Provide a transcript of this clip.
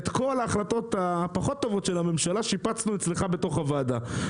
את כל ההחלטות הפחות טובות של הממשלה שיפצנו אצלך בתוך הוועדה.